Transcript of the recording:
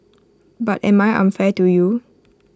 but am I unfair to you